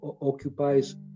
occupies